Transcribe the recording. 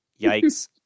Yikes